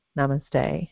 Namaste